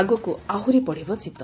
ଆଗକୁ ଆହରି ବଢ଼ିବ ଶୀତ